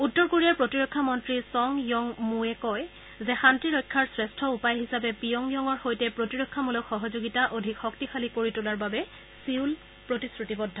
উত্তৰ কোৰিয়াৰ প্ৰতিৰক্ষা মন্ত্ৰী ছং য়ং মুৱে কয় যে শান্তি ৰক্ষাৰ শ্ৰেষ্ঠ উপায় হিচাপে পিয়ংয়াঙৰ সৈতে প্ৰতিৰক্ষামূলক সহযোগিতা অধিক শক্তিশালী কৰি তোলাৰ বাবে ছিউল প্ৰতিশ্ৰুতিবদ্ধ